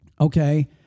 okay